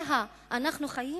שעליהם אנחנו חיים.